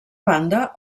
banda